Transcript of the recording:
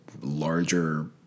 larger—